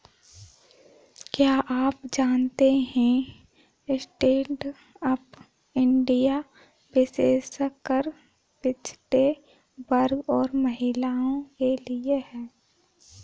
क्या आप जानते है स्टैंडअप इंडिया विशेषकर पिछड़े वर्ग और महिलाओं के लिए है?